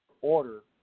order